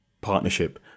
partnership